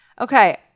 Okay